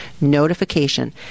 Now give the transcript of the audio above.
notification